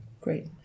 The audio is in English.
Great